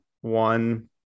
one